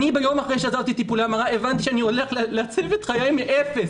ביום אחרי שעזבתי את טיפולי ההמרה הבנתי שאני הולך לעצב את חיי מאפס,